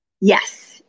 Yes